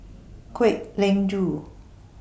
Kwek Leng Joo